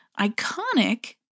iconic